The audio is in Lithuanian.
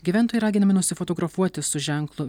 gyventojai raginami nusifotografuoti su ženklu